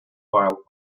file